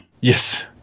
Yes